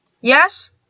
Yes